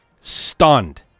stunned